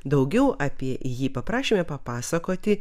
daugiau apie jį paprašėme papasakoti